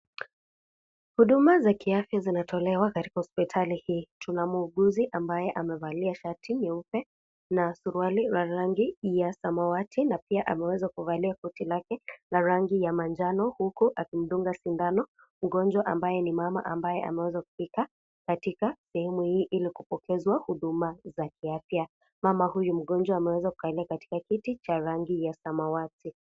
Huduma za kiafya zinatolewa katika hospitali hii tuna muuguzi ambaye amevalia shati nyeupe na suruali la rangi ya samawati na pia ameweza kuvalia koti lake la rangi ya manjano huku akimdunga sindano mgonjwa ambaye ni mama ambaye ameweza kufika katika sehemu hii ili kupokezwa huduma za kiafya . Mama huyu mgonjwa ameweza kukalia katika kiti cha rangi ya samawati .